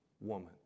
woman